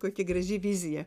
kokia graži vizija